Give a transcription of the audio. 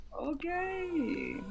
Okay